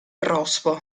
rospo